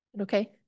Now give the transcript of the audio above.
Okay